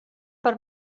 per